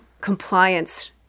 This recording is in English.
compliance